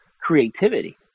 creativity